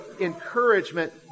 encouragement